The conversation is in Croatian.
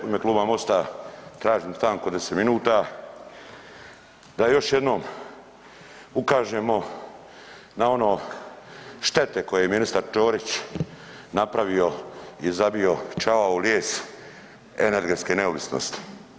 U ime Kluba MOST-a tražim stanku od 10 minuta da još jednom ukažemo na ono štete koje je ministar Ćorić napravio i zabio čavao u lijes energetske neovisnosti.